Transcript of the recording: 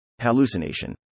Hallucination